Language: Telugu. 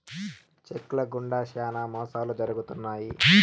చెక్ ల గుండా శ్యానా మోసాలు జరుగుతున్నాయి